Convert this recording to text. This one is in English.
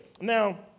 Now